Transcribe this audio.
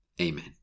Amen